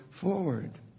forward